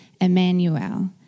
Emmanuel